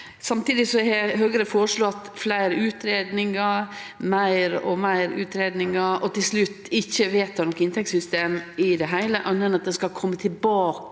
Samtidig har Høgre føreslått fleire utgreiingar, meir og meir utgreiingar, og til slutt ikkje vedteke noko inntektssystem i det heile, anna enn at ein skal kome tilbake